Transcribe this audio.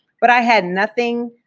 but i had nothing,